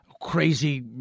crazy